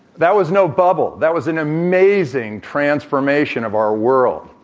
that was no bubble. that was an amazing transformation of our world.